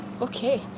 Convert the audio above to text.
Okay